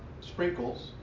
sprinkles